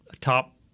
top –